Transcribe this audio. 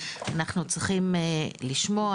אנחנו צריכים לשמוע,